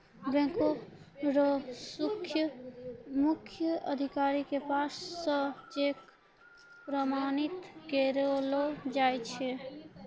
बैंको र मुख्य अधिकारी के पास स चेक प्रमाणित करैलो जाय छै